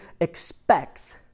expects